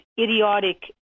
idiotic